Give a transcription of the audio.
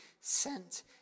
sent